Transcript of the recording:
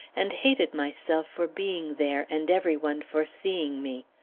and hated myself for being there, and every one for seeing me.